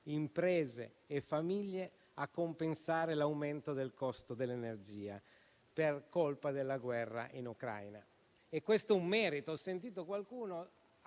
imprese e famiglie a compensare l'aumento del costo dell'energia per colpa della guerra in Ucraina. E questo è un merito. Ho sentito qualcuno